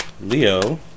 Leo